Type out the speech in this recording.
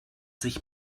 sich